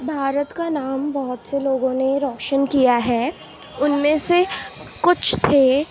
بھارت کا نام بہت سے لوگوں نے روشن کیا ہے ان میں سے کچھ تھے